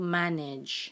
manage